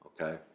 okay